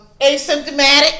asymptomatic